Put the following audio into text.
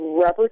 Rubber